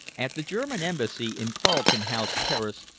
at the german embassy, in carlton house terrace,